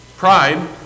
Pride